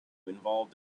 involved